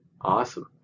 Awesome